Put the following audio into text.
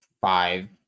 five